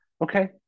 Okay